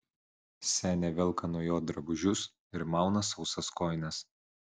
senė velka nuo jo drabužius ir mauna sausas kojines